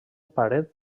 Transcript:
paret